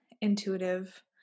intuitive